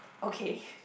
okay